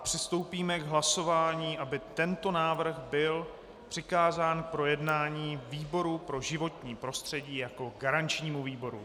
Přistoupíme k hlasování, aby tento návrh byl přikázán k projednání výboru pro životní prostředí jako garančnímu výboru.